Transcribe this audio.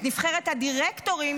את נבחרת הדירקטורים,